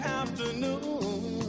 afternoon